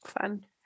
Fun